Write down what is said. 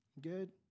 good